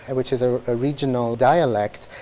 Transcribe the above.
which is a ah regional dialect.